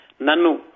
nanu